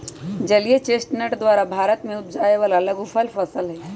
जलीय चेस्टनट भारत में उपजावे वाला लघुफल फसल हई